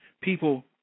People